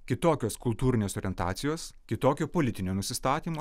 kitokios kultūrinės orientacijos kitokio politinio nusistatymo